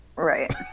Right